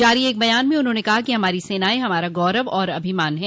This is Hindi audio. जारी एक बयान में उन्होंने कहा कि हमारी सेनाएं हमारा गौरव और अभिमान है